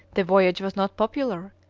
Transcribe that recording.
the voyage was not popular,